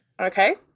okay